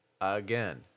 again